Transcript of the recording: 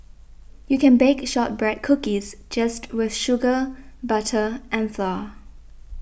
you can bake Shortbread Cookies just with sugar butter and flour